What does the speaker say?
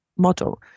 Model